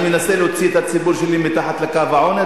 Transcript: אני מנסה להוציא את הציבור שלי מתחת לקו העוני,